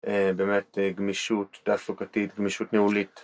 באמת גמישות תעסוקתית, גמישות ניהולית.